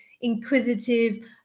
inquisitive